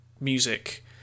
music